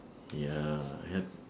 ya help